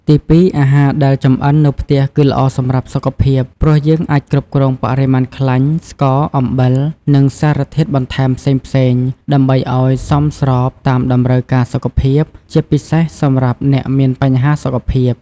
ទីពីរ អាហារដែលចម្អិននៅផ្ទះគឺ ល្អសម្រាប់សុខភាព ព្រោះយើងអាចគ្រប់គ្រងបរិមាណខ្លាញ់ ស្ករ អំបិល និងសារធាតុបន្ថែមផ្សេងៗ ដើម្បីឱ្យសមស្របតាមតម្រូវការសុខភាព ជាពិសេសសម្រាប់អ្នកមានបញ្ហាសុខភាព។